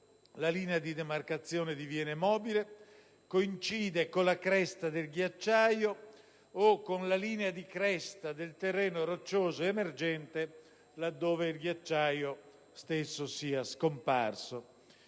la linea di demarcazione diviene mobile e coincide con la cresta del ghiacciaio o con la linea di cresta del terreno roccioso emergente, laddove il ghiacciaio stesso sia scomparso.